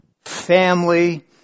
family